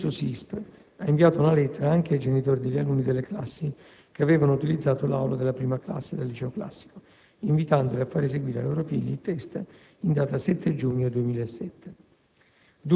lo stesso SISP ha inviato una lettera anche ai genitori degli alunni delle classi che avevano utilizzato l'aula della 1a classe del liceo classico, invitandoli a far eseguire ai loro figli il *test* in data 7 giugno 2007;